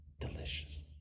Delicious